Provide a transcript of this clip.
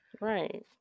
Right